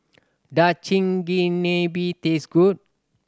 does Chigenabe taste good